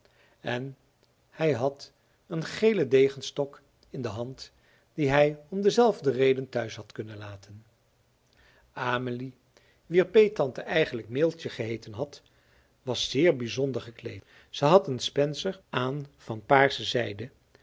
en hij had een gelen degenstok in de hand die hij om dezelfde reden thuis had kunnen laten amelie wier peettante eigenlijk meeltje geheeten had was zeer bijzonder gekleed zij had een spencer aan van paarse zijde